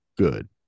good